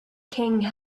king